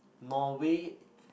Norway